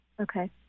Okay